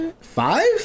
Five